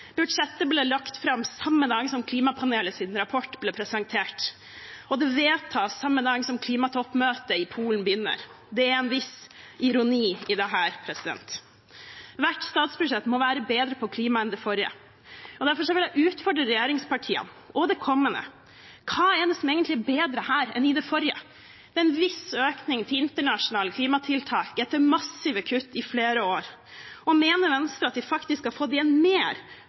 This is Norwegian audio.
Budsjettet ble lagt fram samme dag som klimapanelets rapport ble presentert. Det blir vedtatt samme dag som klimatoppmøtet i Polen begynner. Det er en viss ironi i dette. Hvert statsbudsjett må være bedre på klima enn det forrige. Derfor vil jeg utfordre nåværende regjeringspartier og det kommende: Hva er det som egentlig er bedre i dette budsjettet enn i det forrige? Det er en viss økning til internasjonale klimatiltak, etter massive kutt i flere år. Mener Venstre at de faktisk har fått igjen mer